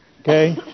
okay